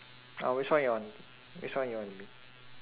uh which one you want which one you want to be